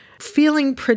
Feeling